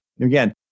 again